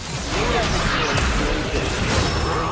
beautiful choice in this coach.